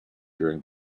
during